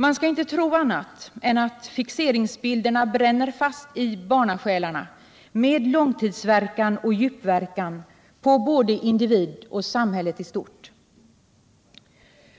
Man skall inte tro annat än att fixeringsbilderna bränner fast i barnasjälarna med långtidsverkan och djupverkan på både individen och samhället i stort.